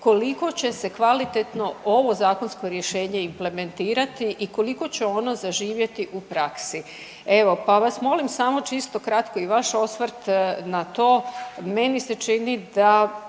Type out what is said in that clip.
koliko će se kvalitetno ovo zakonsko rješenje implementirati i koliko će ono zaživjeti u praksi. Evo, pa vam molim samo čisto kratko i vaš osvrt na to, meni se čini da